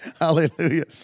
Hallelujah